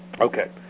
Okay